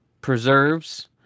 preserves